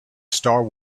star